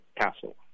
castle